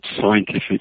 scientific